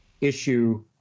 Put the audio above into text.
issue